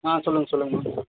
ஆ சொல்லுங்கள் சொல்லுங்கம்மா